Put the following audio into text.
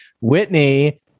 Whitney